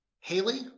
Haley